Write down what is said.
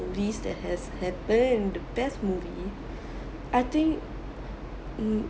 movies that has happened the best movie I think mm